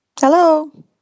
hello